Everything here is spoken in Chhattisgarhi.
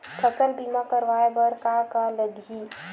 फसल बीमा करवाय बर का का लगही?